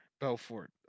Belfort